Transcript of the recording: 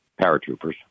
paratroopers